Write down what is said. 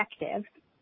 effective